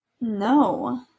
No